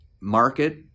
market